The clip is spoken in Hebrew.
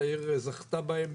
שהעיר זכתה בהם,